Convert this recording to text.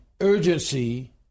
urgency